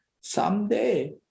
Someday